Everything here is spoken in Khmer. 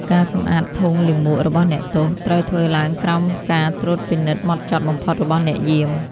ការសម្អាតធុងលាមករបស់អ្នកទោស ត្រូវធ្វើឡើងក្រោមការត្រួតពិនិត្យហ្មត់ចត់បំផុតរបស់អ្នកយាម។